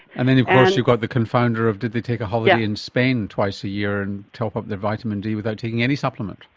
and then of course you've got the confounder of did they take a holiday in spain twice a year and top up their vitamin d without taking any supplement.